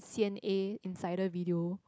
C_N_A insider video